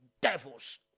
devils